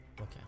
okay